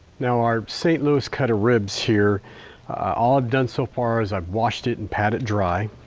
now our st. louis cut of ribs here all i've done so far is i've washed it and pat it dry.